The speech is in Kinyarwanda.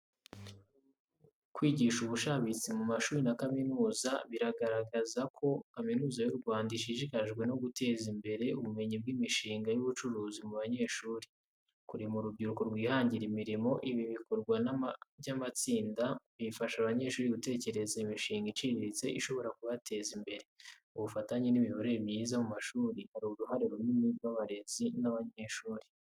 Kwigisha ubushabitsi mu mashuri na kaminuza: Bigaragaza ko kaminuza y’u Rwanda ishishikajwe no guteza imbere ubumenyi bw’imishinga y’ubucuruzi mu banyeshuri. Kurema urubyiruko rwihangira imirimo: ibi bikorwa by’amatsinda bifasha abanyeshuri gutekereza imishinga iciriritse ishobora kubateza imbere. Ubufatanye n’imiyoborere myiza mu mashuri Hari uruhare runini rw’abarezi n’abanyeshuri.